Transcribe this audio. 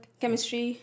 chemistry